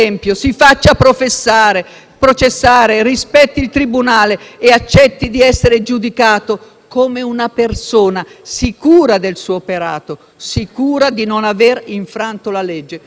come una persona sicura del suo operato, sicura di non aver infranto la legge. Semplicemente questo. Continuerò ad oppormi, con determinazione e costanza, alle sue scelte politiche,